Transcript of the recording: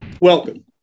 Welcome